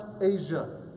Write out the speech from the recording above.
Asia